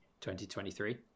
2023